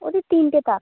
ওতে তিনটে তাক